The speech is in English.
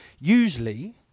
usually